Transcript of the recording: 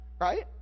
Right